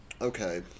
Okay